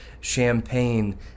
champagne